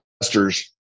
investors